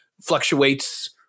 fluctuates